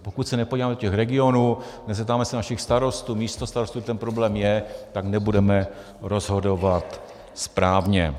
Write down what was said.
Pokud se nepodíváme do regionů, nezeptáme se našich starostů, místostarostů, kde ten problém je, tak nebudeme rozhodovat správně.